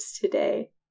today